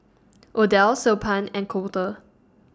Odell Siobhan and Colter